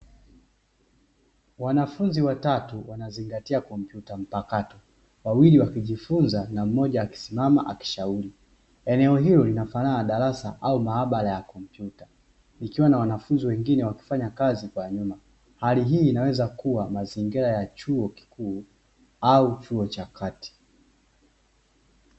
Wanafunzi watatu wanazingatia kompyuta mpakato, wawili wakizishika na mmoja akishauri, eneo hilo lina fanana na darasa au maabara ya kompyuta, ikiwa na wanafunzi wengine wakifanya kazi kwa nyuma, hali hii inaweza kua mazingira ya chuo kikuu au chuo cha kati.